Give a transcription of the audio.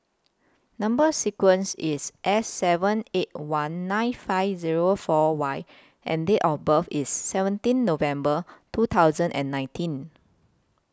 Number sequence IS S seven eight one nine five Zero four Y and Date of birth IS seventeen November two thousand and nineteen